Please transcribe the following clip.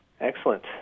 Excellent